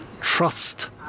trust